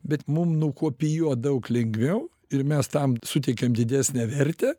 bet mum nukopijuot daug lengviau ir mes tam suteikiam didesnę vertę